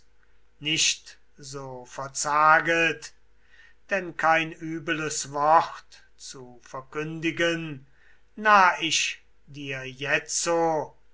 nicht so verzaget denn kein übeles wort zu verkündigen nah ich dir jetzo